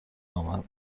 آمد